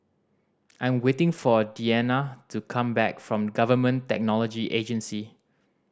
I am waiting for Deanna to come back from Government Technology Agency